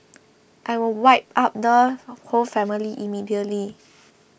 I will wipe out the whole family immediately